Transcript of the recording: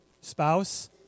spouse